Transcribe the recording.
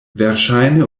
verŝajne